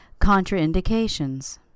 Contraindications